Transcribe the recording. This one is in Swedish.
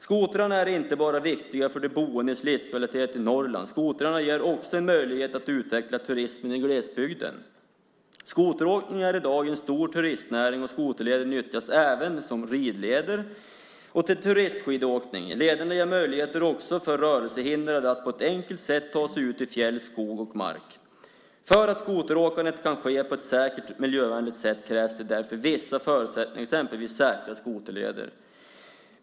Skotrarna är viktiga inte bara för de boendes livskvalitet i Norrland, utan de ger också en möjlighet att utveckla turismen i glesbygden. Skoteråkning är i dag en stor turistnäring, och skoterleder nyttjas även som ridleder och för turistskidåkning. Lederna ger också möjlighet för rörelsehindrade att på ett enkelt sätt ta sig ut i fjäll, skog och mark. För att skoteråkandet ska ske på ett säkert och miljövänligt sätt krävs det därför vissa förutsättningar, till exempel säkra skoterleder.